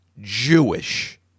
Jewish